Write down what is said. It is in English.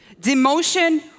demotion